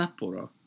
Sapporo